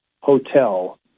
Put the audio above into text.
Hotel